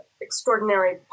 extraordinary